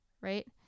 right